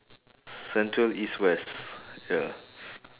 central east west ya